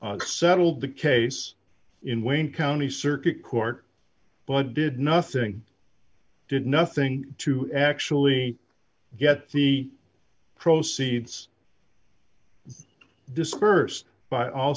i settled the case in wayne county circuit court but did nothing did nothing to actually get the proceeds dispersed by